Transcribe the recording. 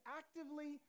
actively